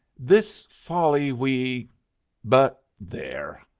this folly we but there.